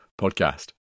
podcast